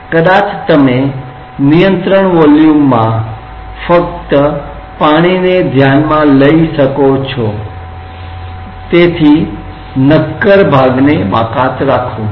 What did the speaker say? કદાચ તમે નિયંત્રણ વોલ્યુમમાં ફક્ત પાણીને ધ્યાનમાં લઈ શકો છો તેથી નક્કર ભાગને બાકાત રાખો